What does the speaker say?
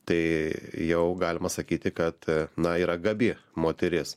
tai jau galima sakyti kad na yra gabi moteris